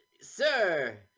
sir